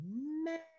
mad